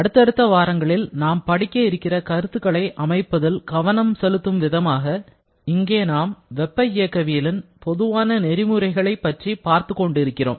அடுத்தடுத்த வாரங்களில் நாம் படிக்க இருக்கிற கருத்துக்களை அமைப்பதில் கவனம் செலுத்தும் விதமாக இங்கே நாம் வெப்ப இயக்கவியலின் பொதுவான நெறிமுறைகளை பற்றி பார்த்துக் கொண்டிருக்கிறோம்